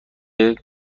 گمشدگی